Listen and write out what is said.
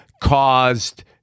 caused